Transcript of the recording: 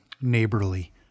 neighborly